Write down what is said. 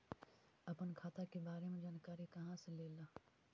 अपन खाता के बारे मे जानकारी कहा से ल?